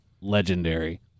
legendary